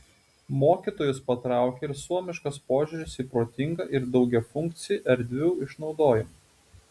mokytojus patraukė ir suomiškas požiūris į protingą ir daugiafunkcį erdvių išnaudojimą